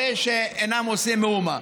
הרי שאינם עושים מאומה.